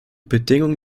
bedingungen